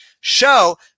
show